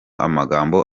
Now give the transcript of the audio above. amagambo